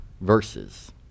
verses